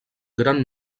gran